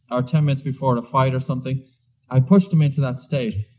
or ten minutes before and a fight, or something i pushed them into that state,